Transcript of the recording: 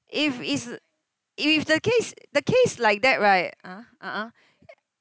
if is if if the case the case like that right uh uh uh